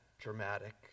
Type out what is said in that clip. dramatic